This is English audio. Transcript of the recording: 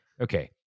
okay